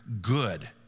good